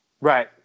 Right